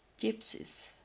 gypsies